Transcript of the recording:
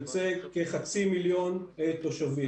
יוצא כחצי מיליון תושבים.